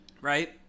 right